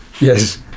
Yes